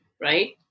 Right